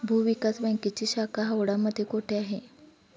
भूविकास बँकेची शाखा हावडा मध्ये कोठे आहे?